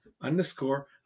underscore